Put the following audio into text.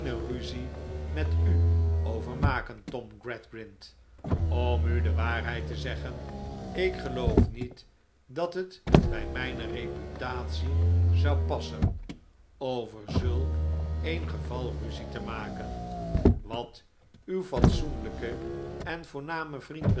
ruzie met u over maken tom gradgrind om u de waarheid te zeggen ik geloof niet dat het bij mijne reputatie zou passen over zulk een geva'l ruzie te maken wat uw fatsoenlijken en voornamen vriend